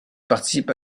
participe